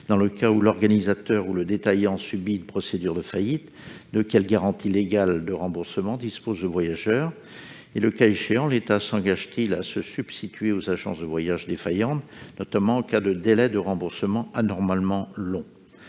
dans le cas où l'organisateur ou le détaillant fait l'objet d'une procédure de faillite, de quelles garanties légales de remboursement dispose le voyageur ? Le cas échéant, l'État s'engage-t-il à se substituer aux agences de voyages défaillantes, notamment si le délai de remboursement est anormalement long ?